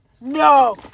No